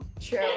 True